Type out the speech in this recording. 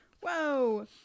Whoa